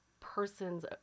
person's